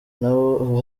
nabo